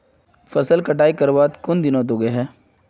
फसल कटाई करवार कुन दिनोत उगैहे?